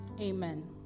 Amen